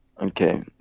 Okay